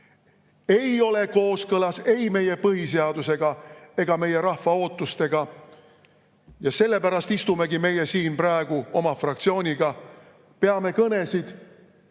ei ole kooskõlas ei meie põhiseadusega ega meie rahva ootustega. Sellepärast istumegi meie siin praegu oma fraktsiooniga, peame kõnesid